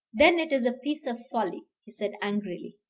then it is a piece of folly, he said angrily.